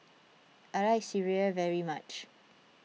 I like Sireh very much